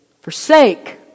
Forsake